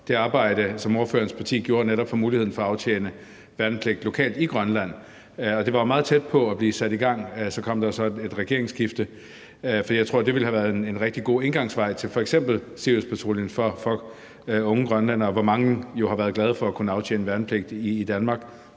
det arbejde, som ordførerens parti gjorde, netop i forhold til muligheden for at aftjene værnepligt lokalt i Grønland. Det var meget tæt på at blive sat i gang. Så kom der et regeringsskifte. Jeg tror, det ville have været en rigtig god indgangsvej til f.eks. Siriuspatruljen for unge grønlændere, hvoraf mange jo har været glade for at kunne aftjene værnepligt i Danmark,